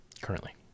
currently